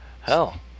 hell